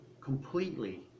completely